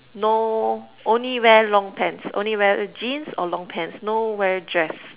no only wear long pants only wear the jeans or long pants no wear dress